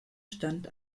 stand